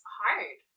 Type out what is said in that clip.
hard